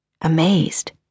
Amazed